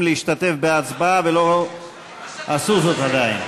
להשתתף בהצבעה ולא עשו זאת עדיין?